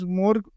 more